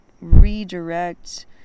redirect